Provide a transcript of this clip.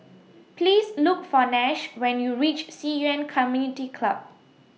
Please Look For Nash when YOU REACH Ci Yuan Community Club